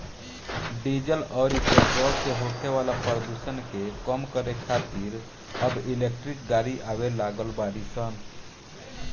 diesel अउरी petrol से होखे वाला प्रदुषण के कम करे खातिर अब इलेक्ट्रिक गाड़ी आवे लागल बाड़ी सन